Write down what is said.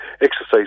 exercise